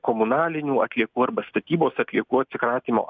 komunalinių atliekų arba statybos atliekų atsikratymo